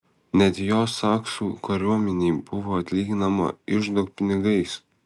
net jo saksų kariuomenei buvo atlyginama iždo pinigais